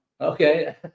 okay